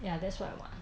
ya that's what I want